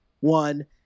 One